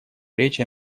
речь